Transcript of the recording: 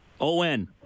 O-N